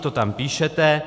To tam píšete.